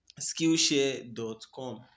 Skillshare.com